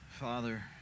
Father